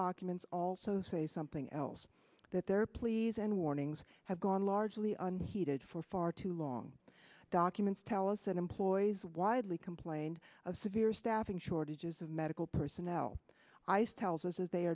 documents also say something else that their pleas and warnings have gone largely unheeded for far too long documents tell us that employees widely complained of severe staffing shortages of medical personnel ice tells us that they